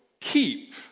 keep